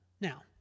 Now